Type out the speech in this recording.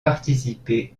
participer